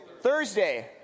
Thursday